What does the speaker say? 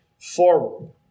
forward